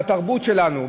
על התרבות שלנו,